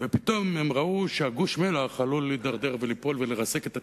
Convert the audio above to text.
ופתאום הם ראו שגוש המלח עלול להידרדר וליפול ולרסק את התינוק.